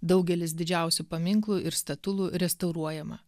daugelis didžiausių paminklų ir statulų restauruojama